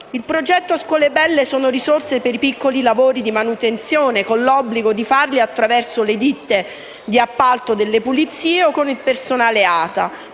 Il progetto scuole belle sono risorse per piccoli lavori di manutenzione con l'obbligo di farli attraverso le ditte di appalto pulizie o con il personale ATA,